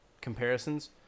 comparisons